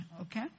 Okay